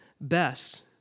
best